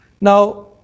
Now